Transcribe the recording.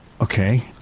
Okay